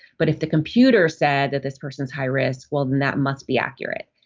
but if the computer said that this person's high risk, well, then that must be accurate.